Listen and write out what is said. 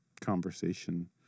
conversation